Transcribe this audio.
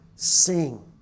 Sing